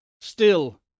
still